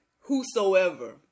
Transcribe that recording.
whosoever